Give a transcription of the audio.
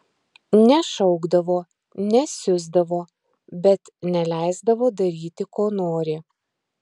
nešaukdavo nesiusdavo bet neleisdavo daryti ko nori